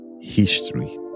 history